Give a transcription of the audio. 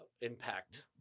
impact